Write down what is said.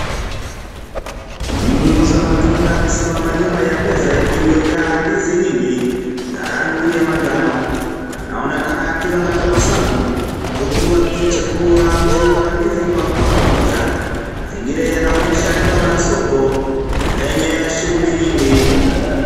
Muuza matunda amesimama nyuma ya meza iliyojaa ndizi nyingi za rangi ya manjano. Anaonekana akiwa na tabasamu huku akichagua mzigo wa ndizi kwa mkono moja. Mazingira yanaonyesha eneo la soko lenye shughuli nyingi.